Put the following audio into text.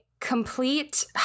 complete